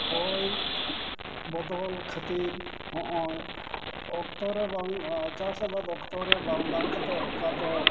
ᱦᱚᱭ ᱵᱚᱫᱚᱞ ᱠᱷᱟᱛᱤᱨ ᱦᱚᱸᱜᱼᱚᱭ ᱚᱠᱛᱚᱨᱮ ᱵᱟᱝ ᱪᱟᱥ ᱟᱵᱟᱫᱽ ᱚᱠᱛᱚ ᱨᱮ ᱵᱟᱝ ᱫᱟᱜ ᱠᱟᱛᱮᱫ ᱚᱠᱟ ᱫᱚ